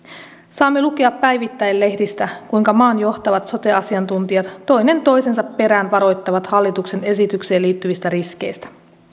saamme lukea päivittäin lehdistä kuinka maan johtavat sote asiantuntijat toinen toisensa perään varoittavat hallituksen esitykseen liittyvistä riskeistä